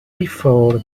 before